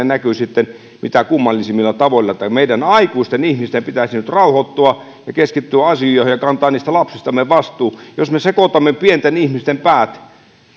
näkyy sitten mitä kummallisimmilla tavoilla meidän aikuisten ihmisten pitäisi nyt rauhoittua ja keskittyä asioihin ja kantaa niistä lapsistamme vastuu jos me sekoitamme pienten ihmisten päät